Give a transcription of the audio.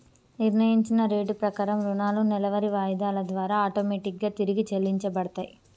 నిర్ణయించిన రేటు ప్రకారం రుణాలు నెలవారీ వాయిదాల ద్వారా ఆటోమేటిక్ గా తిరిగి చెల్లించబడతయ్